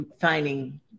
finding